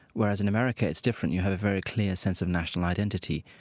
whereas in america it's different. you have a very clear sense of national identity.